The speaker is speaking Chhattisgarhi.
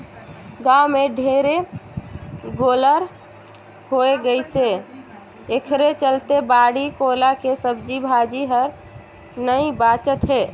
गाँव में ढेरे गोल्लर होय गइसे एखरे चलते बाड़ी कोला के सब्जी भाजी हर नइ बाचत हे